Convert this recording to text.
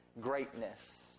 greatness